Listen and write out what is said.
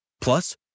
Plus